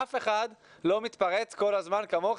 אף אחד לא מתפרץ כל הזמן כמוך,